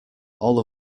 all